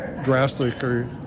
drastically